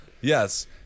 Yes